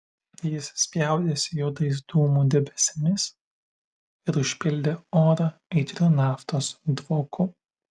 jis spjaudėsi juodais dūmų debesimis ir užpildė orą aitriu naftos dvoku